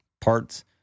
parts